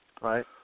right